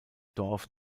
dorf